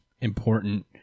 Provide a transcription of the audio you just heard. important